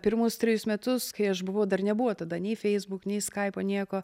pirmus trejus metus kai aš buvau dar nebuvo tada nei facebook nei skaipo nieko